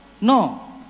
No